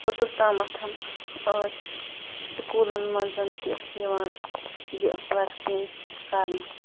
توٚتَس تامَتھ ٲسۍ سکوٗلَن منٛز تہِ یِوان یہِ وٮ۪کسیٖن کَرنہٕ